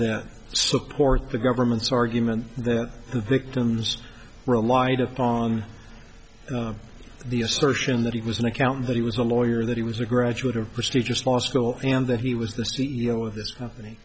that supports the government's argument that the victims relied upon the assertion that he was an accountant that he was a lawyer that he was a graduate of prestigious law school and that he was the c e o of this company